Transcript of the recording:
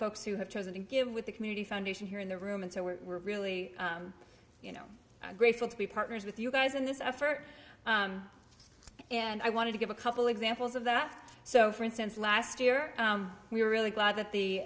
folks who have chosen to give with the community foundation here in the room and so we're really you know grateful to be partners with you guys in this effort and i wanted to give a couple examples of that so for instance last year we were really glad that the